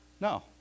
no